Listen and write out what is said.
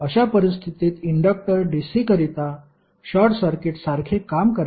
अशा परिस्थितीत inductor DC करिता शॉर्ट सर्किटसारखे काम करेल